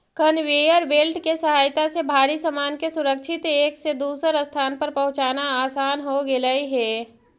conveyor belt के सहायता से भारी सामान के सुरक्षित एक से दूसर स्थान पर पहुँचाना असान हो गेलई हे